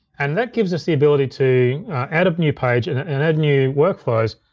and that gives us the ability to add a new page and and add new workflows,